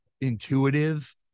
intuitive